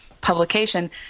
publication